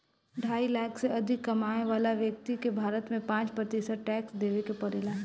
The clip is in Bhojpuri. ढाई लाख से अधिक कमाए वाला व्यक्ति के भारत में पाँच प्रतिशत टैक्स देवे के पड़ेला